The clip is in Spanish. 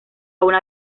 una